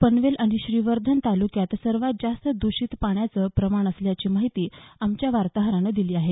पनवेल आणि श्रीवर्धन तालुक्यात सर्वात जास्त दृषित पाण्याचं प्रमाण असल्याची माहिती आमच्या वार्ताहरानं दिली आहे